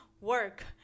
work